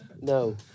No